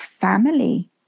family